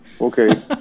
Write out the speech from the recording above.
Okay